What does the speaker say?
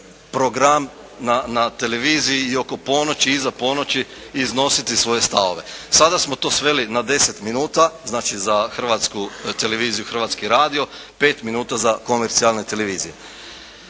program na televiziji i oko ponoći i iza ponoći iznositi svoje stavove. Sada smo to sveli za 10 minuta, znači za Hrvatsku televiziju i Hrvatski radio, 5 minuta za komercijalne televizije.